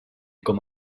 com